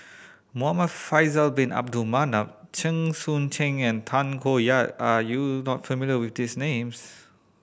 Muhamad Faisal Bin Abdul Manap Chen Sucheng and Tay Koh Yat are you not familiar with these names